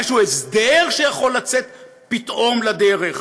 אולי איזשהו הסדר שיכול לצאת פתאום לדרך?